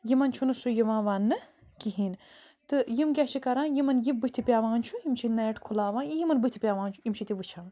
یِمن چھُنہٕ سُہ یوان وَننہٕ کہیٖنۍ تہٕ یِم کیٛاہ چھِ کران یِمن یہِ بُتھہِ پیٚوان چھُ یِم چھِ نیٚٹ کھُلاوان یہِ یِمن بُتھہِ پیٚوان چھُ یِم چھِ تہِ وُچھان